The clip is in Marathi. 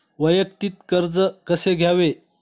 वैयक्तिक कर्ज कसे घ्यावे?